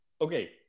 Okay